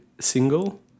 single